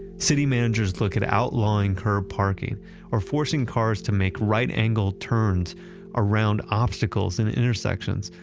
city managers look at outlawing curb parking or forcing cars to make right-angled turns around obstacles and intersections,